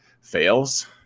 fails